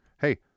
Hey